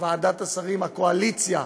ועדת השרים, הקואליציה,